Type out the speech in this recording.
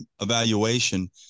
evaluation